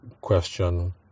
question